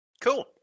Cool